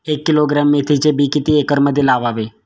एक किलोग्रॅम मेथीचे बी किती एकरमध्ये लावावे?